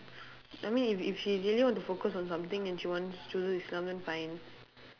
I mean if if she really want to focus on something and she wants chooses islamic then fine